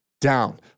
down